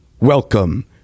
Welcome